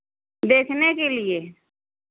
देखने के लिए